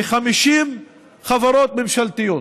ב-50 חברות ממשלתיות.